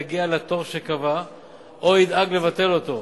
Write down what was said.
יגיע לתור שקבע או ידאג לבטל אותו.